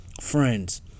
friends